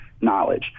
knowledge